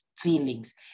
feelings